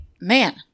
Man